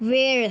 वेळ